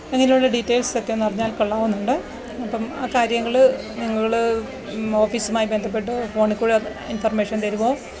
അങ്ങനെയുള്ള ഡീറ്റെയില്സൊക്കെ ഒന്നറിഞ്ഞാല് കൊള്ളാമെന്നുണ്ട് അപ്പം ആ കാര്യങ്ങൾ നിങ്ങൾ ഓഫിസുമായി ബന്ധപ്പെട്ടോ ഫോണില്ക്കൂടെ ഇന്ഫോര്മേഷന് തരുകയോ